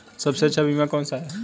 सबसे अच्छा बीमा कौन सा है?